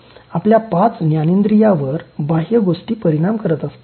आपल्या पाच ज्ञानेंद्रीयावर बाह्यगोष्टी परिणाम करत असतात